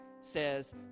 says